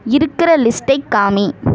இருக்கிற லிஸ்ட்டை காமி